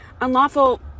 unlawful